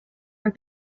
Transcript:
are